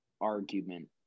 argument